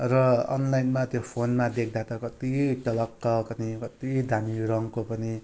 र अनलाइनमा त्यो फोनमा देख्दा त कति टलक टलक्ने कत्ति दामी रङको पनि